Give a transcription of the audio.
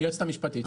היועצת המשפטית.